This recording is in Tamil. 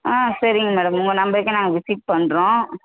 ஆ சரிங்க மேடம் உங்கள் நம்பருக்கே நாங்கள் விசிட் பண்ணுறோம்